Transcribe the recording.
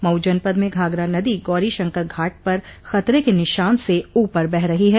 मऊ जनपद में घाघरा नदी गौरीशंकर घाट पर खतरे के निशान से ऊपर बह रही है